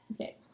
Okay